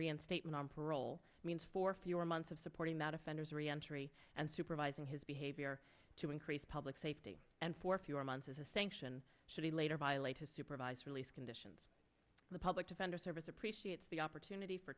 reinstatement on parole means for fewer months of supporting that offenders re entry and supervising his behavior to increase public safety and for fewer months as a sanction should he later violate a supervised release conditions the public defender service appreciates the opportunity for